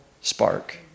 spark